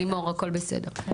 אוקי, לימור, הכול בסדר.